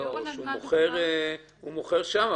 הוא מוכר שם,